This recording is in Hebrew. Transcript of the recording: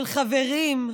של חברים,